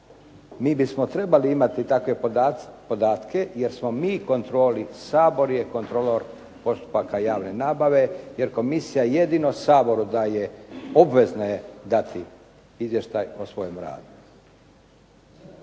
Mi bismo trebali imati takve podatke, jer smo mi kontrola, Sabor je kontrola postupaka javne nabave, jer komisija jedino Saboru daje obvezna je dati izvještaj o svojemu radu.